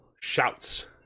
shouts